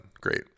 Great